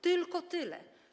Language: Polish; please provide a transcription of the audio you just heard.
Tylko tyle.